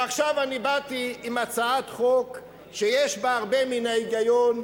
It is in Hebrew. ועכשיו אני באתי עם הצעת חוק שיש בה הרבה מן ההיגיון,